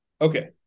okay